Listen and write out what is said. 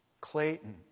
Clayton